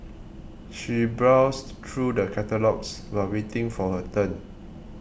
she browsed through the catalogues while waiting for her turn